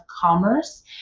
Commerce